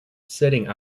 sitting